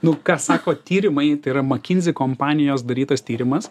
nu ką sako tyrimai tai yra makinzi kompanijos darytas tyrimas